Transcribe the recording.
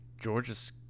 Georges